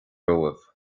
romhaibh